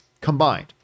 combined